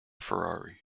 ferrari